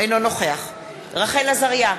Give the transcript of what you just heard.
אינו נוכח רחל עזריה,